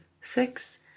six